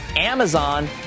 Amazon